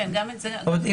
זאת אומרת,